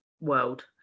world